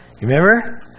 Remember